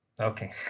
Okay